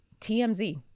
tmz